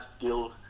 build